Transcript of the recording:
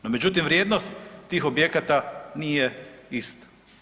No, međutim vrijednost tih objekata nije ista.